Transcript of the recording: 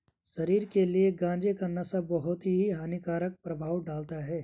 शरीर के लिए गांजे का नशा बहुत ही हानिकारक प्रभाव डालता है